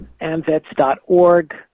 Amvets.org